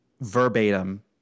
verbatim